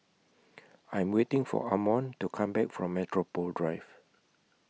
I Am waiting For Ammon to Come Back from Metropole Drive